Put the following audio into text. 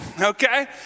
Okay